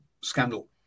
scandal